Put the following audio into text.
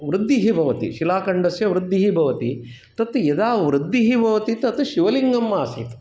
वृद्धिः भवति शिलाखण्डस्य वृद्धिः भवति तत् यदा वृद्धिः भवति तत् शिवलिङ्गम् आसीत्